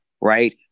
right